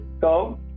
go